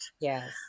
Yes